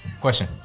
Question